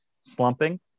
slumping